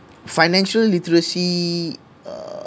financial literacy err